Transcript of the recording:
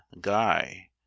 guy